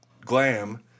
glam